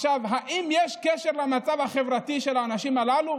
האם יש קשר למצב החברתי של האנשים הללו?